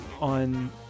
on